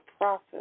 process